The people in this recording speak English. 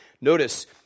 notice